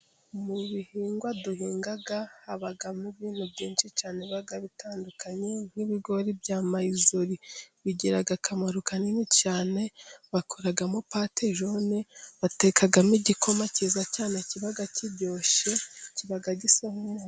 Mu bihingwa duhinga habamo ibintu byinshi cyane biba bitandukanye ,nk'ibigori bya Mayizori bigira akamaro kanini cyane bakoramo patejone, batekamo igikoma kiza cyane kiba kiryoshye kiba gisa n'umuhondo.